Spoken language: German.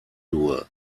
dur